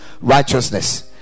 Righteousness